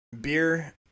beer